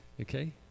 okay